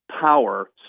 power